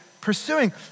pursuing